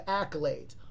accolades